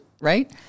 right